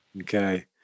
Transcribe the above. Okay